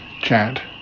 chat